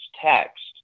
text